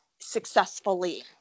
successfully